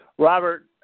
Robert